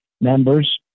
members